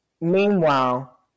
Meanwhile